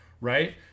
right